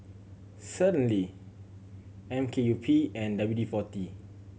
Certainty M K U P and W forty